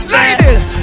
ladies